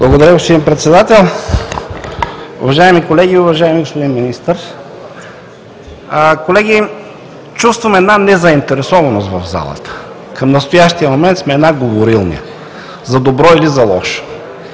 Благодаря, господин Председател. Уважаеми колеги, уважаеми господин Министър! Колеги, чувствам една незаинтересованост в залата, към настоящия момент сме една говорилня – за добро или за лошо.